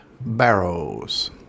Barrows